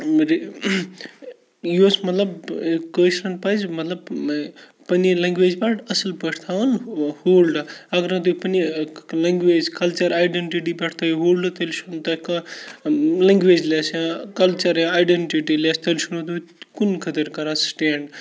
یُس مطلب کٲشرٮ۪ن پَزِ مطلب پنٛنہِ لینٛگویج پٮ۪ٹھ اَصٕل پٲٹھۍ تھاوُن ہولڈ اگر نہٕ تُہۍ پنٛنہِ لینٛگویج کَلچَر آیڈٮ۪نٹِٹی پٮ۪ٹھ تھٲیِو ہولڈ تیٚلہِ چھُنہٕ تۄہہِ کانٛہہ لنٛگویج لٮ۪س یا کَلچَر یا آیڈَنٹِٹی لٮ۪س تیٚلہِ چھُنہٕ تُہۍ کُنہِ خٲطرٕ کَران سِٹینٛڈ